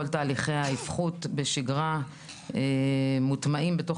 כל תהליכי האבחות בשגרה מוטמעים בתוך